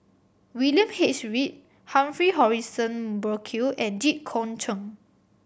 William H Read Humphrey Morrison Burkill and Jit Koon Ch'ng